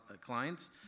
clients